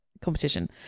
competition